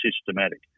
systematic